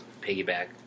piggyback